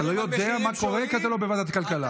אתה לא יודע מה קורה כי אתה לא בוועדת כלכלה.